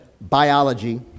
biology